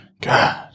God